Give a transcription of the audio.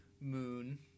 moon